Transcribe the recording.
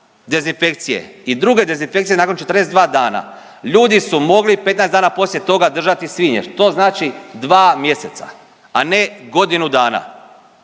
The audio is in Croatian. i druge dezinfekcije nakon 42 dana ljudi su mogli 15 dana poslije toga držati svinje, to znači 2 mjeseca, a ne godinu dana.